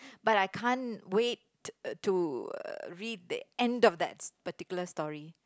but I can't wait to uh read the end of that particular story